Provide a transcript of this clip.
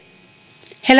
he